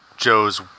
Joe's